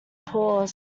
pause